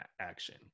action